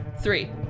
Three